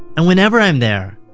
and whenever i'm there,